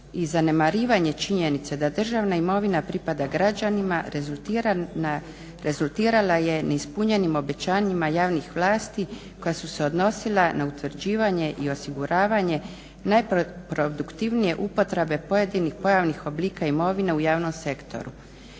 zanemarivanje činjenice da državna imovina pripada građanima rezultirala je neispunjenim obećanjima javnih vlasti koja su se odnosila na utvrđivanje i osiguravanje najproduktivnije upotrebe pojedinih pojavnih oblika imovine u javnom sektoru.